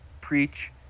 preach